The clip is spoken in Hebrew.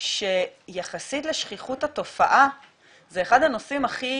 שיחסית לשכיחות התופעה זה אחד הנושאים הכי